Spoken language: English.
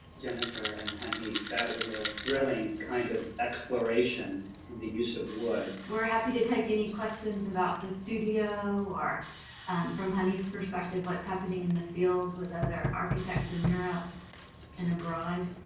jennifer and hanif. that was a thrilling kind of exploration in the use of wood we're happy to take any questions about the studio, or from hanif's perspective, what's happening in the field with other architects in europe and abroad.